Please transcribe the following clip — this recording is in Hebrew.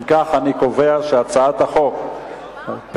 אם כך אני קובע שהצעת החוק פ/2001,